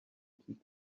keep